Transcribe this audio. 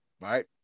right